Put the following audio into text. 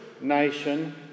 nation